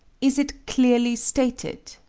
is it clearly stated?